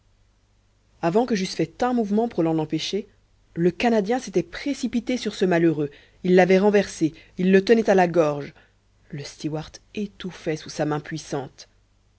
avant que j'eusse fait un mouvement pour l'en empêcher le canadien s'était précipité sur ce malheureux il l'avait renversé il le tenait à la gorge le stewart étouffait sous sa main puissante